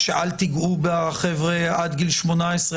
שאל תיגעו בחבר'ה עד גיל 18,